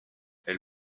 elle